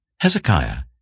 Hezekiah